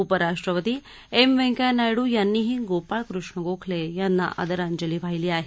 उपराष्ट्रपती एम व्यंकय्या नायडू यांनीही गोपाळ कृष्ण गोखले यांना आदरांजली वाहिली आहे